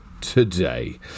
Today